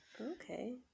Okay